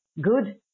good